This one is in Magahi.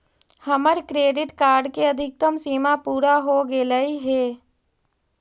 हमर क्रेडिट कार्ड के अधिकतम सीमा पूरा हो गेलई हे